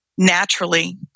naturally